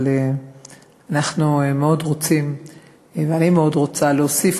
אנחנו מאוד רוצים ואני מאוד רוצה להוסיף,